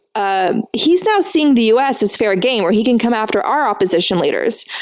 ah he's now seeing the us as fair game where he can come after our opposition leaders.